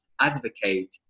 advocate